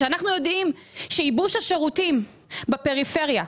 אנחנו יודעים שייבוש השירותים בפריפריה,